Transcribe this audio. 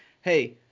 hey